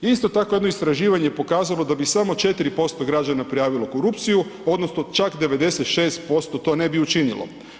Isto tako, jedno istraživanje je pokazalo da bi samo 4% građana prijavilo korupciju odnosno čak 96% to ne bi učinilo.